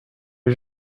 est